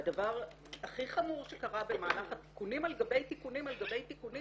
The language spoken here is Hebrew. והדבר הכי חמור שקרה במהלך התיקונים על גבי תיקונים על גבי תיקונים